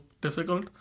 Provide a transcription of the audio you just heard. difficult